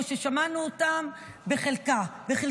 או ששמענו אותם בחלקיות.